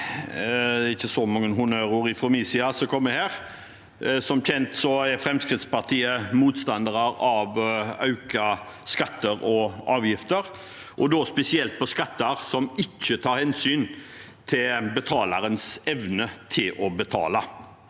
ikke så mange honnørord som kommer her fra min side. Som kjent er Fremskrittspartiet motstandere av å øke skatter og avgifter, spesielt skatter som ikke tar hensyn til betalerens evne til å betale.